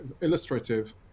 illustrative